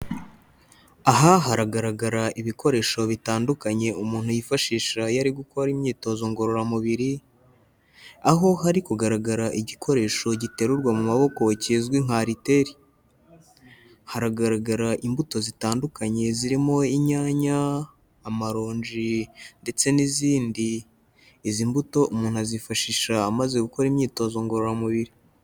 Aha hagaragara ibikoresho bitandukanye umuntu yifashisha iyo ari ari gukora imyitozo ngororamubiri aho hari kugaragara igikoresho giterurwa mu maboko kizwi nka ariteri, haragaragara imbuto zitandukanye zirimo inyanya, amaronji ndetse n'izindi, izi mbuto umuntu azifashisha amaze gukora imyitozo ngororamubiri.